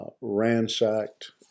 ransacked